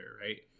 right